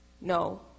No